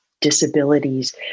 disabilities